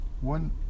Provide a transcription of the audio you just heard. One